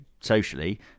socially